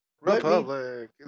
Republic